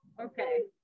Okay